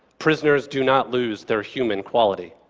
prisoners do not lose their human quality.